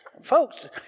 folks